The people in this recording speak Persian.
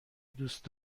دوست